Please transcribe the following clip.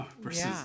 versus